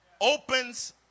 opens